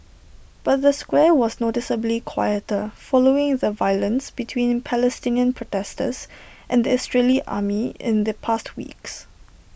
but the square was noticeably quieter following the violence between Palestinian protesters and the Israeli army in the past weeks